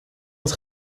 dat